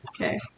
Okay